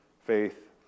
faith